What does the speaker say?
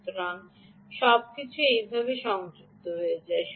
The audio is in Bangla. সুতরাং সবকিছু এইভাবে সংযুক্ত হয়ে যায়